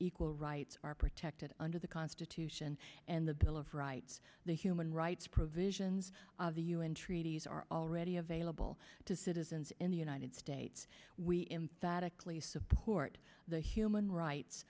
equal rights are protected under the constitution and the bill of rights the human rights provisions of the un treaties are already available to citizens in the united states we embed a support the human rights